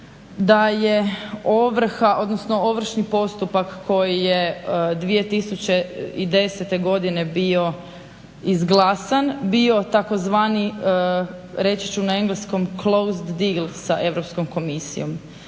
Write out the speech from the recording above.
odnosno ovršni postupak koji je 2010. godine bio izglasan bio tzv. reći ću na engleskom "closed deal" sa Europskom komisijom.